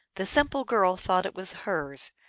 the simple girl thought it was hers,